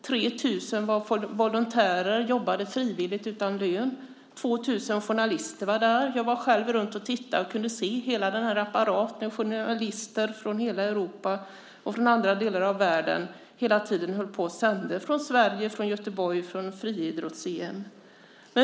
3 000 var volontärer och jobbade frivilligt utan lön. 2 000 journalister var där. Jag var själv runt och tittade och kunde se den stora apparaten när journalister från hela Europa och från andra delar av världen hela tiden sände från friidrotts-EM i Göteborg i Sverige.